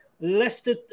Leicester